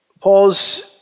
Paul's